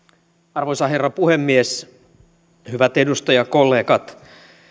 arvoisa herra puhemies hyvät edustajakollegat